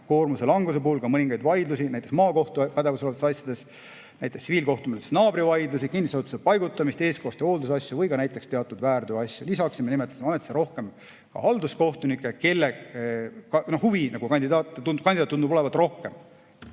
koormuse languse puhul ka mõningaid vaidlusi maakohtu pädevuses olevates asjades, näiteks tsiviilkohtumenetluses naabrivaidlusi, kinnisesse asutusse paigutamist, eestkoste‑ ja hooldusasju või ka näiteks teatud väärteoasju. Nii saaksime nimetada ametisse rohkem ka halduskohtunikke, kelle kandidaate tundub olevat rohkem,